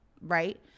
right